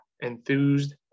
enthused